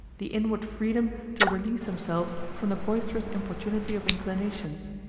the inward freedom to release himself from the boisterous importunity of inclinations,